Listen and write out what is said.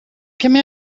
come